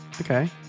Okay